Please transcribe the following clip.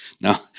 Now